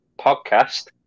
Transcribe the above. podcast